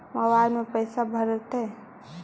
Mobile में पैसा भरैतैय?